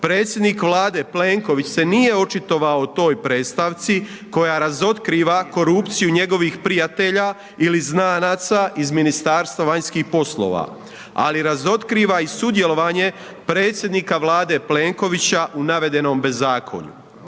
predsjednik Vlade Plenković se nije očitovao toj predstavci koja razotkriva korupciju njegovih prijatelja ili znanaca iz Ministarstva vanjskih poslova ali razotkriva i sudjelovanje predsjednika Vlade Plenkovića u navedenom bezakonju.